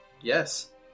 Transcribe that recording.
Yes